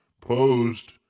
posed